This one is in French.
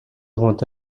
grand